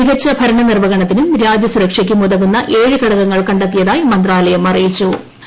മികച്ച ഭരണ നിർവ്വഹണത്തിനും രാജ്യ സുരക്ഷയ്ക്കും ഇതുകുന്ന എഴു ഘടകങ്ങൾ കണ്ടെത്തിയതായി മന്ത്രാലയം അറിയിട്ടു്